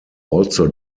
also